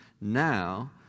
now